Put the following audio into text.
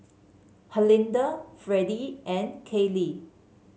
Herlinda Freddie and Caylee